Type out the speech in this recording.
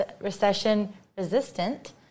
recession-resistant